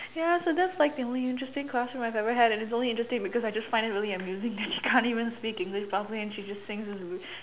ya so that's like the only interesting classroom I ever had and its only interesting because I just find it really amusing that she can't even speak English properly and she just sings this